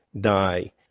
die